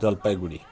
Jalpaiguri